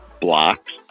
blocks